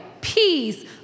peace